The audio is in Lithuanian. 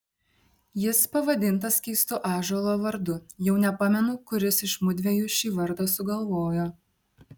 jis pavadintas keistu ąžuolo vardu jau nepamenu kuris iš mudviejų šį vardą sugalvojo